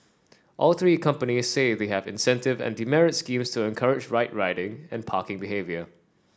all three companies say they have incentive and demerit schemes to encourage right riding and parking behaviour